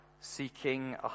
seeking